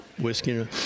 whiskey